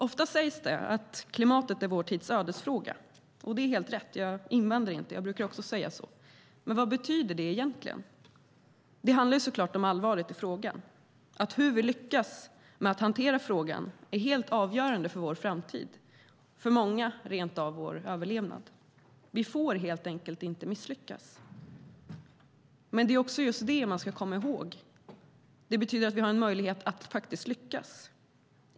Ofta sägs det att klimatet är vår tids ödesfråga. Det är helt rätt. Jag invänder inte mot det. Jag brukar också säga det. Men vad betyder det egentligen? Det handlar såklart om allvaret i frågan. Hur vi lyckas med att hantera frågan är helt avgörande för vår framtid och rentav för vår överlevnad. Vi får helt enkelt inte misslyckas. Men det är också just det som man ska komma ihåg. Det betyder att vi har en möjlighet att faktiskt lyckas.